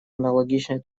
аналогичной